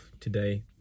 today